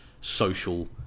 social